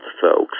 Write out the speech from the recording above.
folks